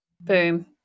Boom